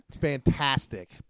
Fantastic